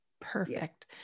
Perfect